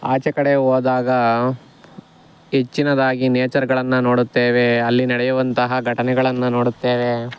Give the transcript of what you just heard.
ಆಚೆ ಕಡೆ ಹೋದಾಗ ಹೆಚ್ಚಿನದಾಗಿ ನೇಚರ್ಗಳನ್ನು ನೋಡುತ್ತೇವೆ ಅಲ್ಲಿ ನಡೆಯುವಂತಹ ಘಟನೆಗಳನ್ನ ನೋಡುತ್ತೇವೆ